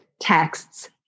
texts